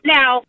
now